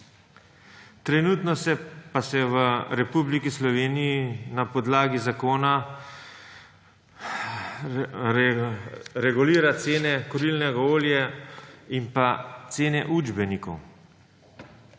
Trenutno pa se v Republiki Sloveniji na podlagi zakona regulira cene kurilnega olja in pa cene učbenikov.